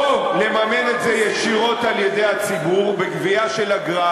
או לממן את זה ישירות על-ידי הציבור בגבייה של אגרה,